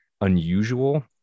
unusual